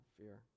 fear